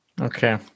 okay